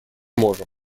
можем